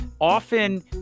often